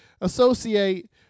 associate